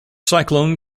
cyclone